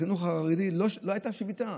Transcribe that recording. בחינוך החרדי לא הייתה שביתה,